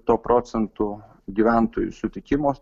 to procentų gyventojų sutikimo